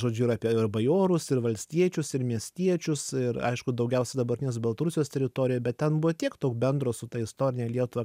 žodžiu ir apie ir bajorus ir valstiečius ir miestiečius ir aišku daugiausiai dabartinės baltarusijos teritorijoj bet ten buvo tiek daug bendro su ta istorine lietuva